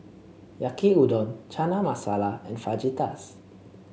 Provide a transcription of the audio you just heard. Yaki Udon Chana Masala and Fajitas